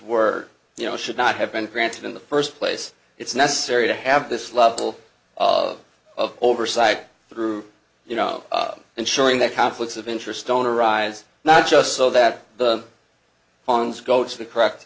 were you know should not have been granted in the first place it's necessary to have this level of of oversight through you know ensuring that conflicts of interest don't arise not just so that the funds go to the correct